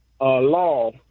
law